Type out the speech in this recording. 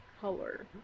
color